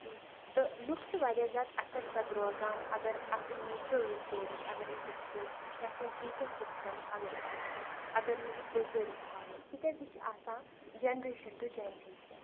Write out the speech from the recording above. تہٕ لُکھ چھِ واریاہ زیادٕ اثرزَدٕ روزان اگر اَکھ نیچرَل رِسورٕس اگر أسۍ وٕچھو یا سون اِکوسِسٹَم اگر أسۍ وٕچھو اگر نہٕ یہِ پرٛزٔرٕو تھاوہون تِکیٛازِ یہِ چھِ آسان جَنریشَن ٹُہ جَنریشَن